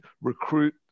recruit